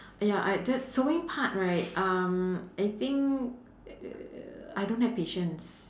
uh ya I jus~ sewing part right um I think I don't have patience